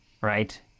right